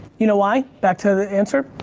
you know why, back to the answer,